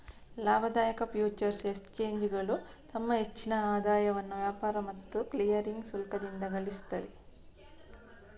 ಲಾಭದಾಯಕ ಫ್ಯೂಚರ್ಸ್ ಎಕ್ಸ್ಚೇಂಜುಗಳು ತಮ್ಮ ಹೆಚ್ಚಿನ ಆದಾಯವನ್ನ ವ್ಯಾಪಾರ ಮತ್ತು ಕ್ಲಿಯರಿಂಗ್ ಶುಲ್ಕದಿಂದ ಗಳಿಸ್ತವೆ